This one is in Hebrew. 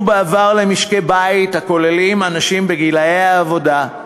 בעבר למשקי-בית הכוללים אנשים בגילי העבודה,